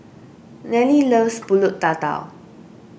Neely loves Pulut Tatal